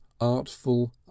artful